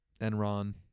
enron